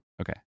Okay